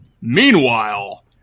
Meanwhile